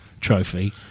trophy